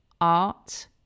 art